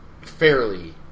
fairly